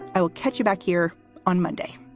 i'll catch you back here on monday